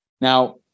Now